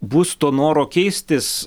bus to noro keistis